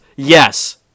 yes